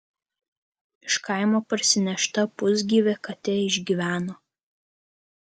iš kaimo parsinešta pusgyvė katė išgyveno